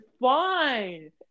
fine